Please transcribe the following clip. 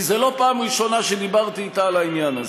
כי זאת לא הפעם הראשונה שדיברתי אתה על העניין.